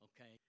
okay